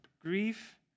grief